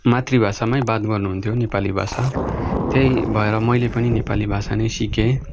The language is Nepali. मातृभाषामै बात गर्नुहुन्थ्यो नेपाली भाषा त्यही भएर मैले पनि नेपाली भाषा नै सिकेँ